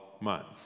months